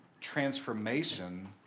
transformation